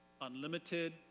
unlimited